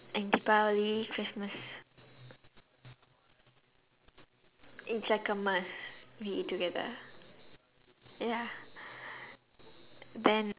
and deepavali christmas it's like a must we eat together ya then